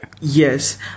Yes